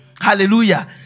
Hallelujah